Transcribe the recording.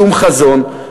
שום חזון,